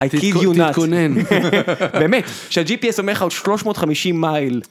תתכונן, תתכונן, תתכונן, באמת שהGPS אומר לך על 350 מייל